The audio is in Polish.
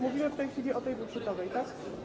Mówimy w tej chwili o ustawie budżetowej, tak?